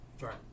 Right